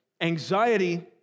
Anxiety